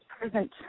present